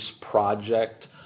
project